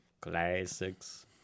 Classics